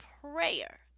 prayer